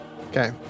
Okay